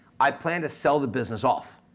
i plan to sell the business off,